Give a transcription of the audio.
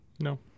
No